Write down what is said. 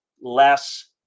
less